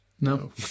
No